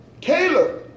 Caleb